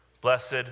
Blessed